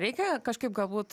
reikia kažkaip galbūt